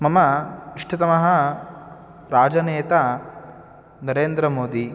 मम इष्टतमः राजनेता नरेन्द्रमोदि